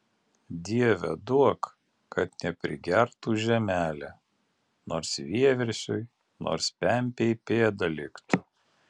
dieve duok kad neprigertų žemelė nors vieversiui nors pempei pėda liktų